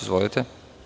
Izvolite.